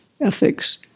ethics